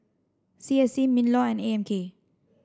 C S C MINLAW and A M K